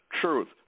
truth